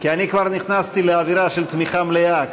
אני כבר נכנסתי לאווירה של תמיכה מלאה,